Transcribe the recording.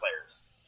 players